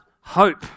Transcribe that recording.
hope